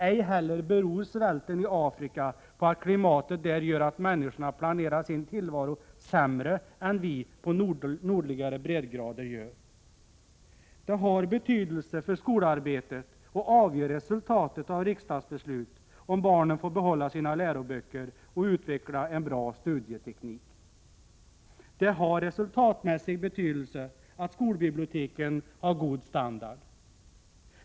Ej heller beror svälten i Afrika på att klimatet där gör att människorna planerar sin tillvaro sämre än vi på nordligare breddgrader gör. Det har betydelse för skolarbetet och avgör resultatet av riksdagsbeslut om barnen får behålla sina läroböcker och utveckla en bra studieteknik. Det har resultatmässig betydelse att skolbiblioteken har god standard.